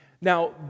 Now